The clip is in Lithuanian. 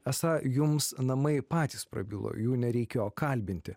esą jums namai patys prabilo jų nereikėjo kalbinti